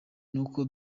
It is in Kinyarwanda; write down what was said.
n’uko